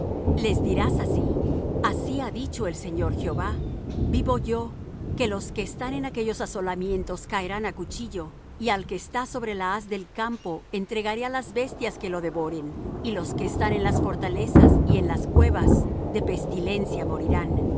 les dirás así así ha dicho el señor jehová vivo yo que los que están en aquellos asolamientos caerán á cuchillo y al que está sobre la haz del campo entregaré á las bestias que lo devoren y los que están en las fortalezas y en las cuevas de pestilencia morirán